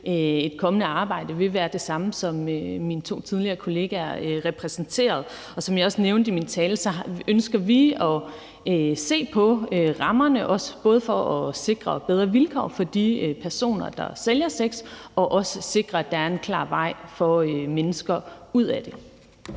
et kommende arbejde vil være det samme, som mine to tidligere kollegaer repræsenterede. Og som jeg også nævnte i min tale, ønsker vi at se på rammerne, både for at sikre bedre vilkår for de personer, der sælger sex, og også sikre, at der er en klar vej for mennesker ud af det.